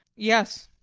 yes